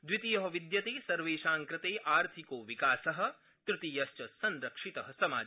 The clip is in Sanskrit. द्वितीय विद्यते सर्वेषां कृते आर्थिको विकास तृतीयर्च संरक्षित समाज